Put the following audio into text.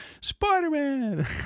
Spider-Man